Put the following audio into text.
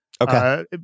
Okay